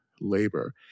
labor